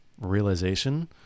realization